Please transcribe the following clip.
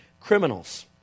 criminals